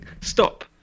stop